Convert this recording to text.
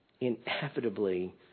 inevitably